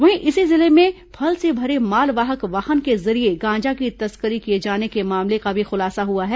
वहीं इसी जिले में फल से भरे मालवाहक वाहन के जरिये गांजा की तस्करी किए जाने के मामले का भी खुलासा हुआ है